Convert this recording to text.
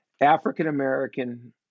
African-American